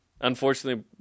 Unfortunately